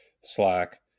slack